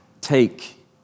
Take